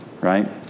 right